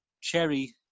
cherry